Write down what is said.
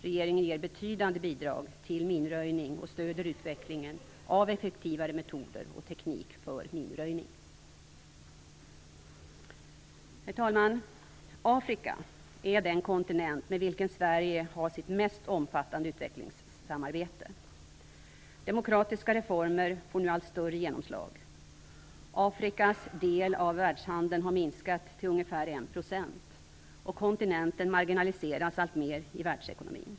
Regeringen ger betydande bidrag till minröjning och stödjer utvecklingen av effektivare metoder och teknik för minröjning. Herr talman! Afrika är den kontinent med vilken Sverige har sitt mest omfattande utvecklingssamarbete. Demokratiska reformer får nu allt större genomslag. Afrikas del av världshandeln har minskat till ungefär 1 %, och kontinenten marginaliseras alltmer i världsekonomin.